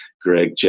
Greg